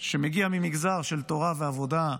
שמגיע ממגזר של תורה ועבודה,